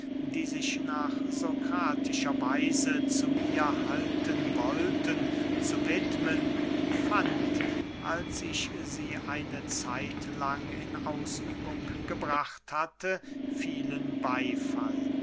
die sich nach sokratischer weise zu mir halten wollten zu widmen fand als ich sie eine zeitlang in ausübung gebracht hatte vielen beyfall